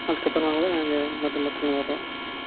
அதற்கு அப்பறமாக கூட நாங்கள் மருந்து மாத்தரைலாம் தரோம்